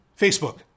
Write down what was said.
Facebook